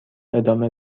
ادامه